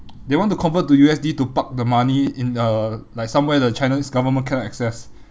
they want to convert to U_S_D to park the money in uh like somewhere the china's government cannot access